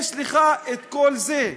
יש לך את כל זה,